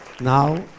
Now